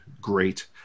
great